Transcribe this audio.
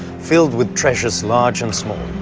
filled with treasures large and small,